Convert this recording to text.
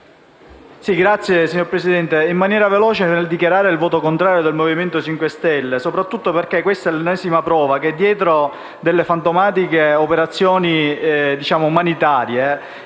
*(M5S)*. Signor Presidente, intervengo per dichiarare il voto contrario del Movimento 5 Stelle, soprattutto perché questa è l'ennesima prova che dietro fantomatiche operazioni umanitarie